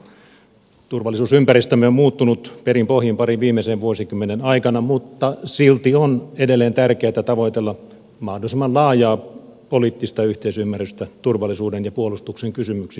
turvallisuusympäristömme on muuttunut perin pohjin parin viimeisen vuosikymmenen aikana mutta silti on edelleen tärkeätä tavoitella mahdollisimman laajaa poliittista yhteisymmärrystä turvallisuuden ja puolustuksen kysymyksissä